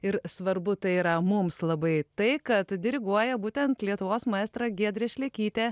ir svarbu tai yra mums labai tai kad diriguoja būtent lietuvos maestra giedrė šlekytė